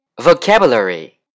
Vocabulary